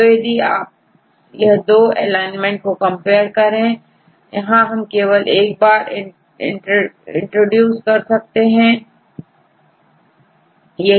तो यदि आप यह दो एलाइनमेंट को कंपेयर करें यहां हम केवल एक बार इंटरव्यूज कर सकते हैं